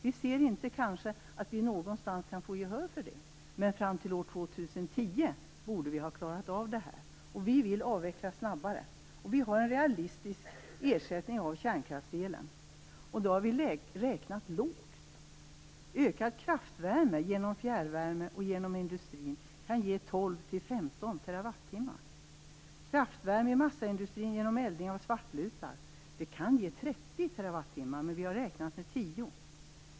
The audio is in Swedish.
Vi ser kanske inte att vi kan få gehör för det någonstans, men fram till år 2010 borde vi ha klarat av det. Vi vill avveckla snabbare. Vi har en realistisk ersättning av kärnkraftselen, och då har vi räknat lågt. Ökad kraftvärme genom fjärrvärme och genom industrin kan ge 12-15 TWh. Kraftvärme i massaindustrin genom eldning av svartlutar kan ge 30 TWh, men vi har räknat med 10.